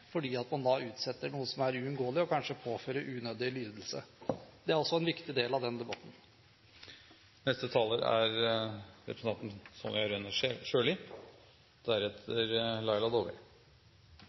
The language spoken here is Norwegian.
fordi man da utsetter noe som er uunngåelig og kanskje påfører unødig lidelse. Det er også en viktig del av den debatten. Det siste spørsmålet representanten Breen tok opp, er